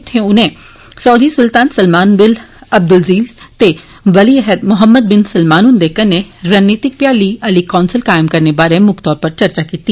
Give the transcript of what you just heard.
उत्थे उने साउदी सुलतान सलमान बिन अब्दुल्लाजीज ते वली अहद मोहम्मद बिन सलमान हुंदे कर्न्ने रणनीतिक भ्याली आली कौंसल कायम करने बारे मुक्ख तौर उप्पर चर्चा कीती